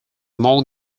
among